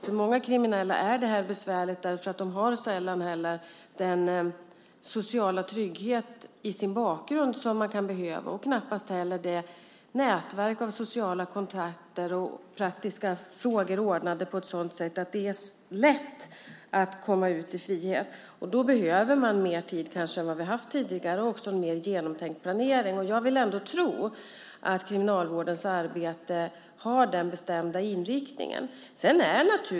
För många kriminella är det här besvärligt, därför att de har sällan den sociala trygghet i sin bakgrund som man kan behöva och knappast heller ett nätverk av sociala kontakter och praktiska frågor ordnade på ett sådant sätt att det är lätt att komma ut i frihet. Då behöver man kanske mer tid än vad vi har haft tidigare och också en mer genomtänkt planering. Jag vill ändå tro att Kriminalvårdens arbete har den bestämda inriktningen.